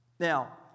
Now